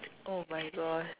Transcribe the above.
!oh-my-gosh!